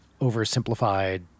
oversimplified